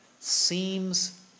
seems